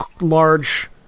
large